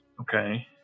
okay